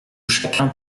chacun